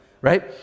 right